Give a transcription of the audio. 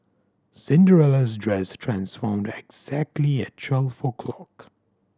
Cinderella's dress transformed exactly at twelve o' clock